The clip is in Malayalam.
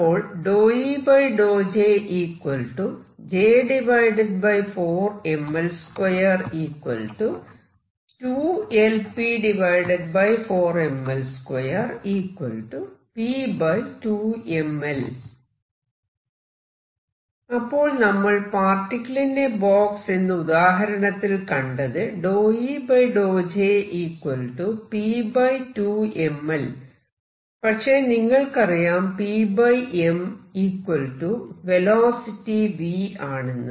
അപ്പോൾ അപ്പോൾ നമ്മൾ പാർട്ടിക്കിൾ ഇൻ എ ബോക്സ് എന്ന ഉദാഹരണത്തിൽ കണ്ടത് പക്ഷെ നിങ്ങൾക്കറിയാം pm വെലോസിറ്റി v ആണെന്ന്